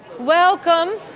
welcome.